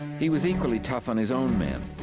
he was equally tough on his own men.